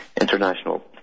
International